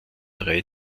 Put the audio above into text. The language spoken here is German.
drei